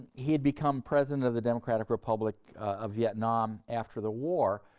he'd become president of the democratic republic of vietnam after the war.